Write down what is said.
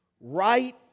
right